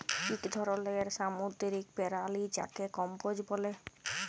ইক ধরলের সামুদ্দিরিক পেরালি যাকে কম্বোজ ব্যলে